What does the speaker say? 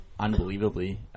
unbelievably